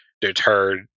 deterred